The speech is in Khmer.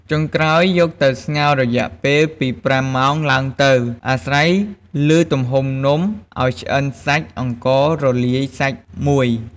ចុងក្រោយយកទៅស្ងោរយៈពេល ពី៥ម៉ោងឡើងទៅ អាស្រ័យលើទំហំនំ ឱ្យឆ្អិនសាច់អង្កររលាយសាច់មួយ។